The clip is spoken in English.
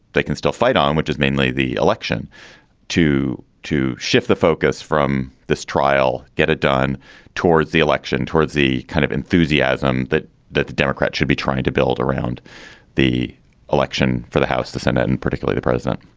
they can still fight on, which is mainly the election to to shift the focus from this trial, get it done towards the election, towards the kind of enthusiasm that that the democrats should be trying to build around the election for the house, the senate and particularly the president.